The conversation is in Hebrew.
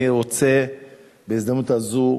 בהזמנות זו